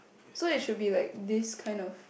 so it should be like this kind of